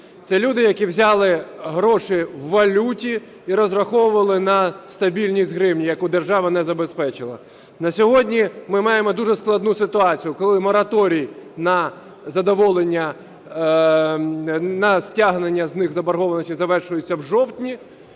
Це люди, які взяли гроші у валюті і розраховували на стабільність гривні, яку держава не забезпечила. На сьогодні ми маємо дуже складну ситуацію, коли мораторій на задоволення, на стягнення з них заборгованості завершуються в жовтні,